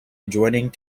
adjoining